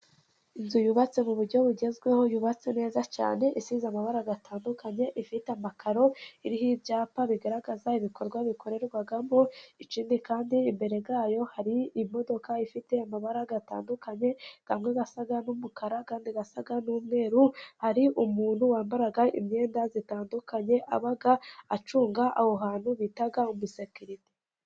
Inzu yubatse mu buryo bugezweho yubatse neza cyane, isize amabara atandukanye, ifite amakaro, iriho ibyapa bigaragaza ibikorwa bikorerwamo, ikindi kandi imbere yayo hari imodoka ifite amabara atandukanye, amwe asa n'umukara, andi asa n'umweru, hari umuntu wambara imyenda itandukanye, aba acunga aho hantu bita umusekirite.